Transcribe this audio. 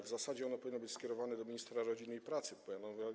W zasadzie ono powinno być skierowane do ministra rodziny i pracy.